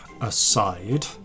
aside